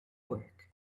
work